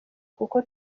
kuko